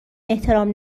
احترام